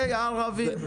וערבים.